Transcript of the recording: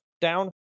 down